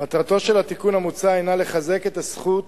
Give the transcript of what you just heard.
מטרתו של התיקון המוצע הינה לחזק את הזכות